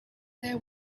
there